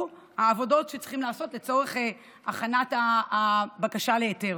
העבודות שצריך לעשות לצורך הכנת הבקשה להיתר.